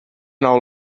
nou